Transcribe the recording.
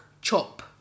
chop